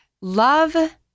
Love